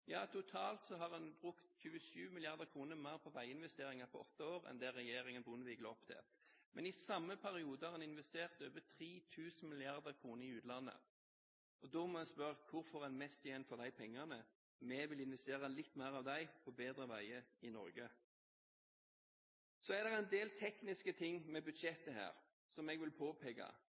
Ja, totalt har en brukt 27 mrd. kr mer på veiinvesteringer på åtte år enn det regjeringen Bondevik la opp til. Men i samme periode har en investert over 3 000 mrd. kr i utlandet. Da må en spørre: Hvor får en mest igjen for de pengene? Vi vil investere litt mer av dem på bedre veier i Norge. Så er det en del tekniske ting med budsjettet som jeg vil påpeke